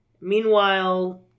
Meanwhile